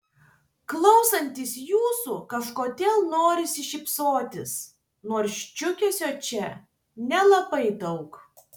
klausantis jūsų kažkodėl norisi šypsotis nors džiugesio čia nelabai daug